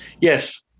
Yes